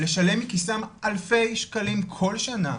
לשלם מכיסם אלפי שקלים כל שנה,